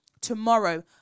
Tomorrow